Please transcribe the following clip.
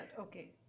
okay